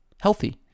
Healthy